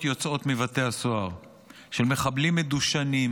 יוצאות מבתי הסוהר של מחבלים מדושנים,